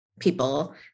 people